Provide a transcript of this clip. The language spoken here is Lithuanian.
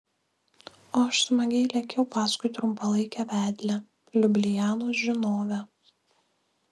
o aš smagiai lėkiau paskui trumpalaikę vedlę liublianos žinovę